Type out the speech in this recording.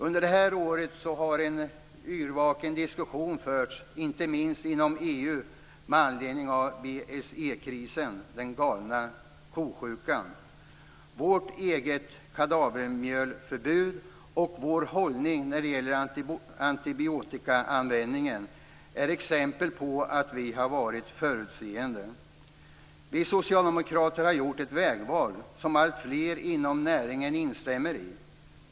Under det här året har en yrvaken diskussion förts, inte minst inom EU, med anledning av BSE-krisen, dvs. galna ko-sjukan. Vårt eget kadavermjölsförbud och vår hållning när det gäller användningen av antibiotika är exempel på att vi har varit förutseende. Vi socialdemokrater har gjort ett vägval som alltfler inom näringen instämmer i.